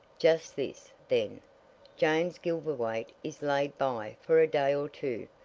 just this, then james gilverthwaite is laid by for a day or two,